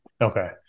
Okay